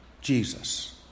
Jesus